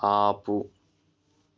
ఆపు